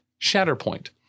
Shatterpoint